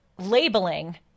labeling